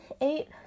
eight